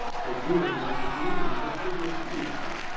thank you everyone for coming and hopefully we'll see you next time.